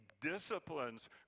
disciplines